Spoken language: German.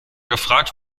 gefragt